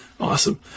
Awesome